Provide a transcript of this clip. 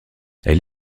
elle